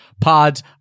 pods